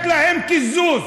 לתת להם קיזוז.